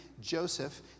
Joseph